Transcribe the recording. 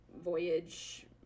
voyage